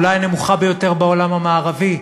אולי הנמוכה ביותר בעולם המערבי,